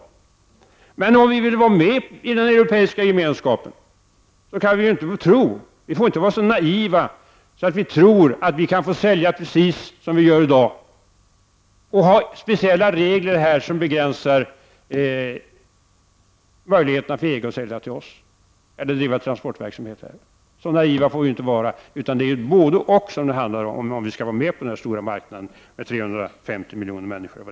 Om vi i Sverige vill vara med i den europeiska gemenskapen kan vi ju inte vara så naiva att vi tror att vi kan få sälja precis på samma sätt som vi gör i dag och ha speciella regler som begränsar möjligheterna för EG att sälja till Sverige eller driva transportverksamhet i Sverige. Det handlar ju om ett både-och om vi skall vara med på denna stora marknad med omkring 350 miljoner människor.